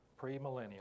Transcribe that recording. premillennial